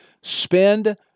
Spend